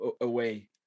away